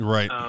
Right